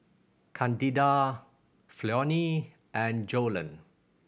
Candida Flonnie and Joellen